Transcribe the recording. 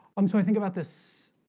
i'm so i think about this